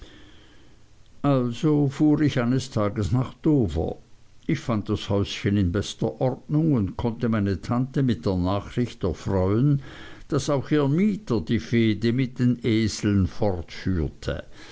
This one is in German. also ich fuhr eines tages nach dover ich fand das häuschen in bester ordnung und konnte meine tante mit der nachricht erfreuen daß auch ihr mieter die fehde mit den eseln fortführte